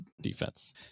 defense